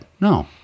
No